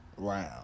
Round